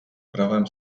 pravém